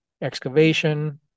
excavation